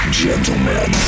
gentlemen